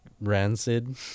Rancid